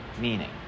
meaning